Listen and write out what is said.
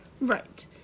Right